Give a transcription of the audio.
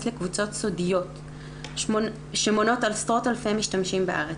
לקבוצות סודיות שמונות עשרות אלפי משתמשים בארץ.